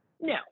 No